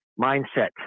mindset